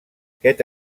aquest